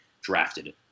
drafted